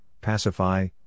pacify